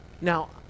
Now